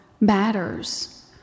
matters